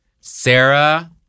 Sarah